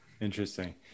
interesting